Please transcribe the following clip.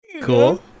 cool